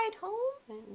home